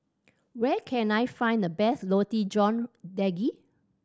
where can I find the best Roti John Daging